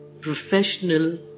professional